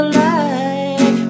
light